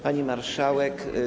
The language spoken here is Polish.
Pani Marszałek!